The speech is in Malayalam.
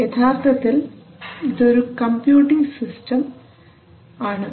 യഥാർത്ഥത്തിൽ ഇത് ഒരു കമ്പ്യൂട്ടിംഗ് സിസ്റ്റം അഥവാ കണക്കുകൂട്ടുന്ന ഒരു വ്യവസ്ഥ ആണ്